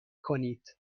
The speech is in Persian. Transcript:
کنید